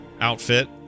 outfit